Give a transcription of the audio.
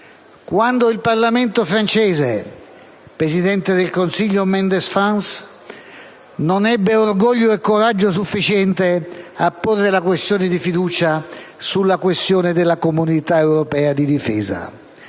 quando il Parlamento francese (presidente del Consiglio Mendès-France) non ebbe l'orgoglio e il coraggio sufficiente a porre la questione di fiducia sul tema della Comunità europea di difesa.